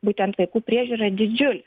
būtent vaikų priežiūra didžiulis